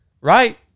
Right